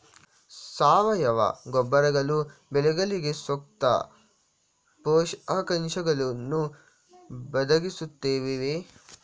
ಸಾವಯವ ಗೊಬ್ಬರಗಳು ಬೆಳೆಗಳಿಗೆ ಸೂಕ್ತ ಪೋಷಕಾಂಶಗಳನ್ನು ಒದಗಿಸುತ್ತವೆಯೇ?